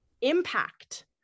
impact